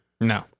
No